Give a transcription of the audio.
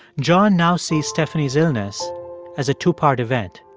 john now sees stephanie's illness as a two-part event.